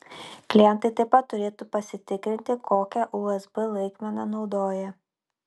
klientai taip pat turėtų pasitikrinti kokią usb laikmeną naudoja